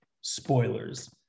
spoilers